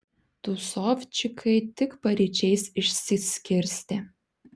tūsovčikai tik paryčiais išsiskirstė